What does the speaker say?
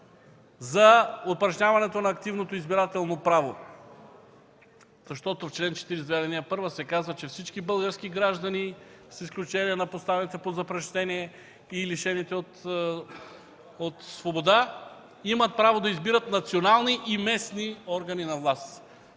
за упражняването на активното избирателно право, защото в чл. 42, ал. 1 се казва, че всички български граждани, с изключение на поставените под запрещение и лишените от свобода, имат право да избират национални и местни органи на власт.